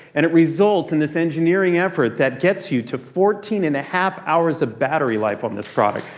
and it results in this engineering effort that gets you to fourteen and a half hours of battery life on this product.